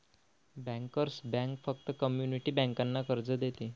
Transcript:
bankers bank फक्त community बँकांना कर्ज देते